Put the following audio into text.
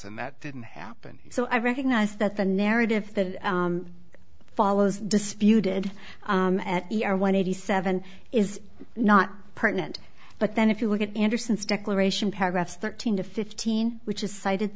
and that didn't happen so i recognize that the narrative that follows disputed at the r one eighty seven is not permanent but then if you look at anderson's declaration paragraph thirteen to fifteen which is cited